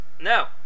No